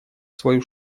свою